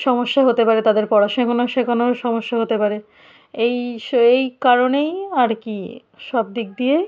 সমস্যা হতে পারে তাদের পড়া শেখানোর সমস্যা হতে পারে এই সে এই কারণেই আর কি সব দিক দিয়ে